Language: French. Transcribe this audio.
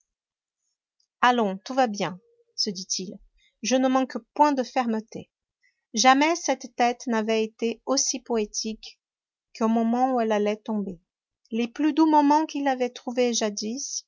allons tout va bien se dit-il je ne manque point de fermeté jamais cette tête n'avait été aussi poétique qu'au moment où elle allait tomber les plus doux moments qu'il avait trouvés jadis